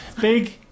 Big